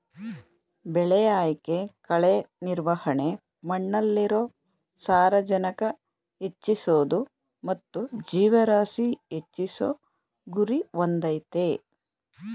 ಬೆಳೆ ಆಯ್ಕೆ ಕಳೆ ನಿರ್ವಹಣೆ ಮಣ್ಣಲ್ಲಿರೊ ಸಾರಜನಕ ಹೆಚ್ಚಿಸೋದು ಮತ್ತು ಜೀವರಾಶಿ ಹೆಚ್ಚಿಸೋ ಗುರಿ ಹೊಂದಯ್ತೆ